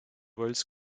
wales